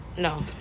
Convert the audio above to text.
No